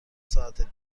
ساعت